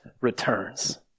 returns